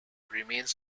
remains